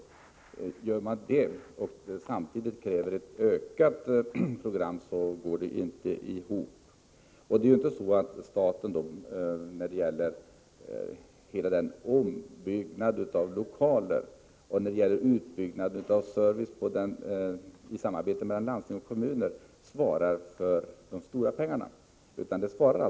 Handlar man så och samtidigt kräver ett större program, går det hela inte ihop. När det gäller ombyggnad av lokaler och utbyggnad av service i samarbete mellan landsting och kommuner är det ju inte så, att staten svarar för de stora pengarna.